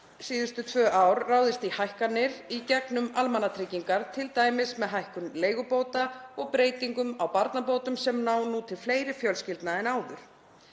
síðustu tvö ár ráðist í hækkanir í gegnum almannatryggingar, t.d. með hækkun leigubóta og breytingum á barnabótum sem ná nú til fleiri fjölskyldna en áður.